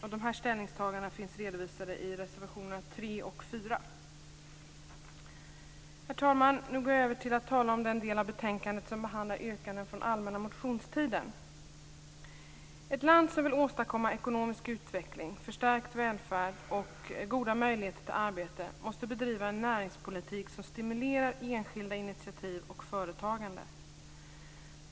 Våra ställningstaganden finns redovisade i reservationerna 3 och 4. Herr talman! Jag går nu över till att tala om den del av betänkandet som behandlar yrkanden från allmänna motionstiden. Ett land som vill åstadkomma ekonomisk utveckling, förstärkt välfärd och goda möjligheter till arbete måste bedriva en näringspolitik som stimulerar enskilda initiativ och företagande.